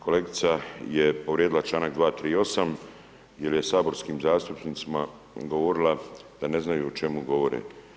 Kolegica je povrijedila članak 138. jer je saborskim zastupnicima govorila da ne znaju o čemu govore.